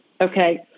Okay